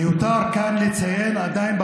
מיותר לציין כאן,